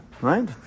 Right